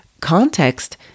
context